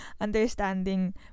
understanding